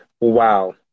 Wow